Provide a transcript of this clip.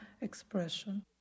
expression